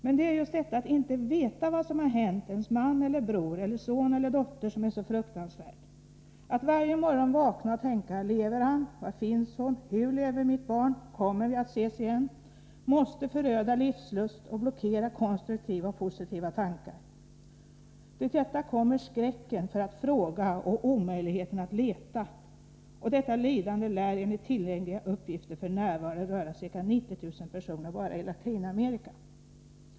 Men det är just detta att inte veta vad som har hänt ens man eller bror eller son eller dotter som är så fruktansvärt. Att varje morgon vakna och tänka ”Lever han?”, ”Var finns hon?” , ”Hur lever mitt barn?” , ”Kommer vi att ses igen?” måste föröda livslust och blockera konstruktiva och positiva tankar. Till detta kommer skräcken för att fråga och omöjligheten att leta. Och detta lidande lär enligt tillgängliga uppgifter f. n. röra ca 90 000 personer bara i Latinamerika.